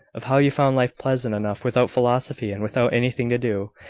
of how you found life pleasant enough without philosophy and without anything to do.